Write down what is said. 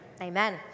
Amen